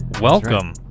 welcome